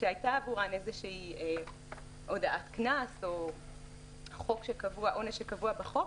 שהייתה עבורן הודעת קנס או עונש שקבוע בחוק,